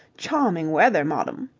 chawming weather, moddom!